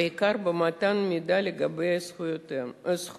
בעיקר במתן מידע לגבי זכויות.